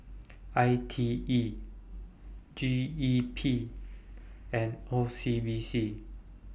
I T E G E P and O C B C